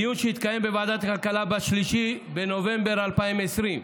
בדיון שהתקיים בוועדת הכלכלה ב-3 בנובמבר 2020,